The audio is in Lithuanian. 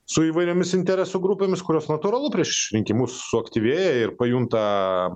su įvairiomis interesų grupėmis kurios natūralu prieš rinkimus suaktyvėja ir pajunta